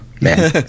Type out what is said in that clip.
man